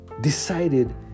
decided